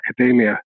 academia